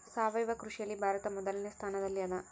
ಸಾವಯವ ಕೃಷಿಯಲ್ಲಿ ಭಾರತ ಮೊದಲನೇ ಸ್ಥಾನದಲ್ಲಿ ಅದ